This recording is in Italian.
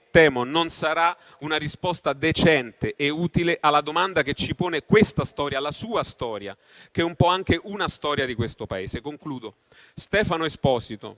temo e non sarà una risposta decente e utile alla domanda che ci pone questa storia, la sua storia, che è un po' anche una storia di questo Paese. Il senatore Stefano Esposito